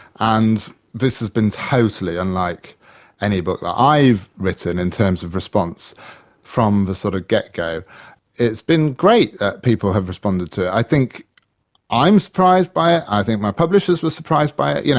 and this has been totally unlike any book that i've written in terms of response from the sort of get-go. it's been great that people have responded to it. i think i'm surprised by it, i think my publishers were surprised by it. yeah